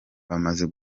bamaze